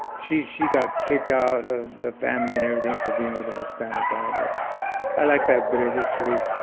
she she got kicked out of the family and everything for being with a hispanic guy, but i like that bitter history.